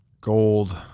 gold